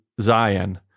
Zion